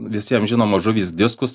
visiems žinomos žuvys diskus